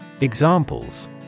Examples